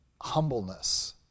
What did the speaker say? humbleness